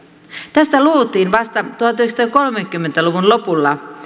tästä luovuttiin vasta tuhatyhdeksänsataakolmekymmentä luvun lopulla